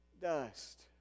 Dust